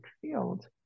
field